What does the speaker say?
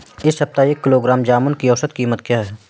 इस सप्ताह एक किलोग्राम जामुन की औसत कीमत क्या है?